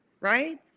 right